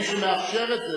מי שמאפשר את זה,